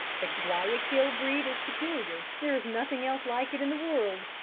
the guayaquil breed is peculiar there is nothing else like it in the world.